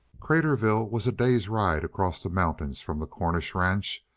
craterville was a day's ride across the mountains from the cornish ranch,